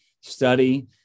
study